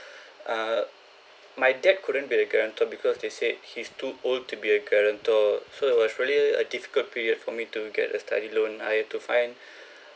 err my dad couldn't be the guarantor because they said he's too old to be a guarantor so it was really a difficult period for me to get a study loan I have to find